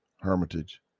Hermitage